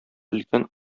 өлкән